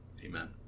Amen